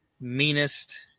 meanest